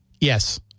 yes